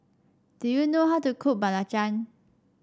do you know how to cook belacan